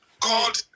God